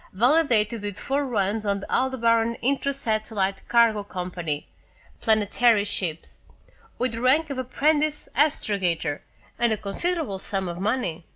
validated with four runs on the aldebaran intrasatellite cargo company planetary ships with the rank of apprentice astrogator and a considerable sum of money.